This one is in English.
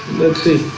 let's see,